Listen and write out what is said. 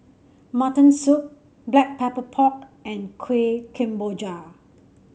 Mutton Soup Black Pepper Pork and Kueh Kemboja